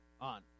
on